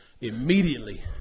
Immediately